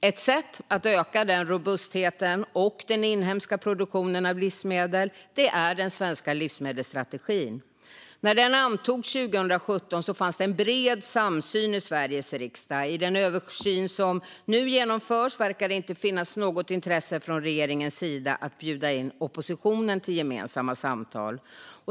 Ett sätt att öka den robustheten och den inhemska produktionen av livsmedel är den svenska livsmedelsstrategin. När den antogs 2017 fanns en bred samsyn i Sveriges riksdag. I den översyn som nu genomförs verkar det inte finnas något intresse från regeringens sida av att bjuda in oppositionen till gemensamma samtal.